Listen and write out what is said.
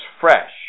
fresh